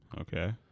Okay